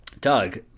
Doug